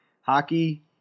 Hockey